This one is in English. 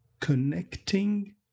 connecting